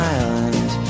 Island